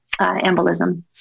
embolism